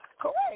Correct